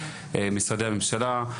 משרדי הממשלה,